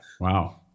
Wow